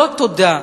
אז לא, תודה.